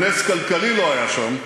גם נס כלכלי לא היה שם,